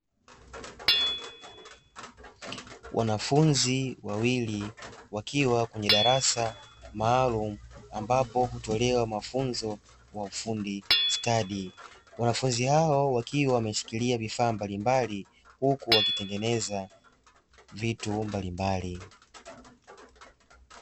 Wanafunzi wawili wakiwa kwenye darasa maalumu, ambapo hutolewa mafunzo ya ufundi stadi. Wanafunzi hao wakiwa wameshikilia vifaa mbalimbali huku wakitengeneza vitu mbalimbali.